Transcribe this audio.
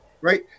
Right